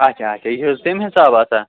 اچھا اچھا یہِ چھِ حظ تمہِ حساب آسان